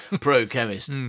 pro-chemist